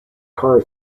car